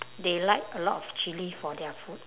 they like a lot of chilli for their food